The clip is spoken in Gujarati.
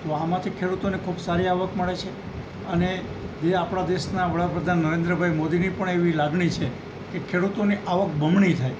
તો આમાંથી ખેડૂતોને ખૂબ સારી આવક મળે છે અને જે આપણા દેશના વડાપ્રધાન નરેન્દ્રભાઈ મોદીની પણ એવી લાગણી છે કે ખેડૂતોની આવક બમણી થાય